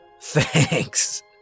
Thanks